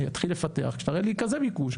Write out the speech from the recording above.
אני אתחיל לפתח כשתראה לי כזה ביקוש.